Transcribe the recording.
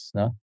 no